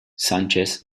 sanchez